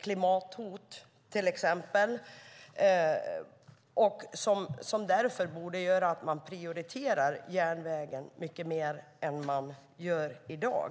klimathot som borde göra att man prioriterar järnvägen mycket mer än man gör i dag.